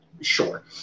sure